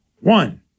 One